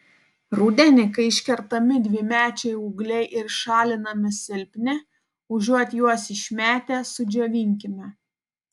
rudenį kai iškertami dvimečiai ūgliai ir šalinami silpni užuot juos išmetę sudžiovinkime